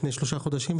לפני שלושה חודשים,